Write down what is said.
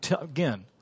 again